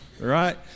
right